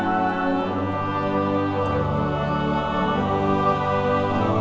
oh